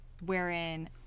wherein